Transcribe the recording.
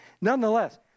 Nonetheless